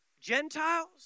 Gentiles